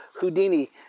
Houdini